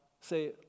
say